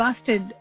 busted